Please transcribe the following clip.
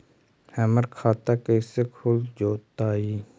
हमर खाता कैसे खुल जोताई?